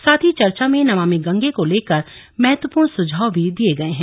साथ ही चर्चा में नमामि गंगे को लेकर महत्वपूर्ण सुझाव भी दिए गए हैं